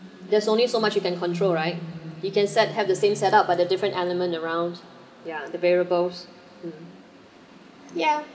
there's only so much you can control right you can set have the same set up by the different element around the variables mm yeah